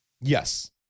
Yes